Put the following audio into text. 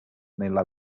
nella